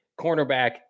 cornerback